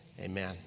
amen